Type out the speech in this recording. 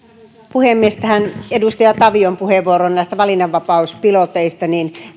puhemies edustaja tavion puheenvuoroon näistä valinnanvapauspiloteista